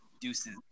deuces